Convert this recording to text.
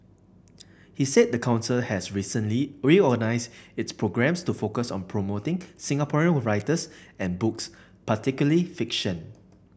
he said the council has recently reorganised its programmes to focus on promoting Singaporean writers and books particularly fiction